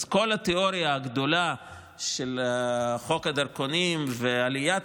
אז כל התיאוריה הגדולה של חוק הדרכונים ו"עליית